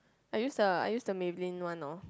I use the I use the Maybelline one orh